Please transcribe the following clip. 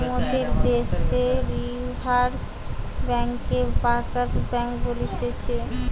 মোদের দ্যাশে রিজার্ভ বেঙ্ককে ব্যাঙ্কার্স বেঙ্ক বলতিছে